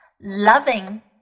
loving